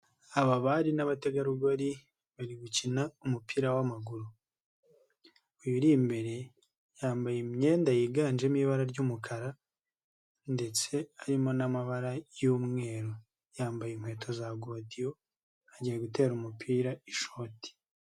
Aba bari n'abatega rugori bari gukina umupira w'amaguru, uyu uri imbere yambaye imyenda yiganjemo ibara ry'umukara ndetse harimo n'amabara y'umweru, yambaye inkweto za godiyo agiye gutera umupira ishoti.